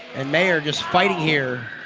and mayer just fighting here